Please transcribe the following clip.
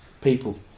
people